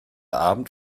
abend